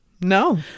No